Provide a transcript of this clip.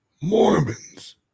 Mormons